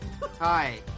Hi